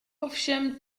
ovšem